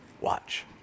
Watch